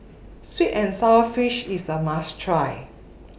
Sweet and Sour Fish IS A must Try